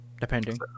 depending